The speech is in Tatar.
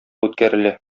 үткәрелә